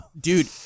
dude